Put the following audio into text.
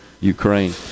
Ukraine